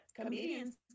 comedians